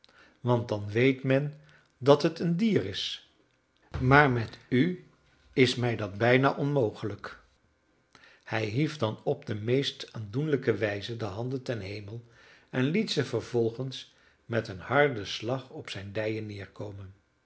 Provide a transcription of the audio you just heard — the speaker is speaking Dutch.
want dan weet men dat het een dier is maar met u is mij dat bijna onmogelijk hij hief dan op de meest aandoenlijke wijze de handen ten hemel en liet ze vervolgens met een harden slag op zijn dijen nederkomen